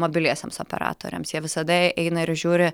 mobiliesiems operatoriams jie visada eina ir žiūri